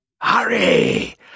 Hurry